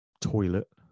toilet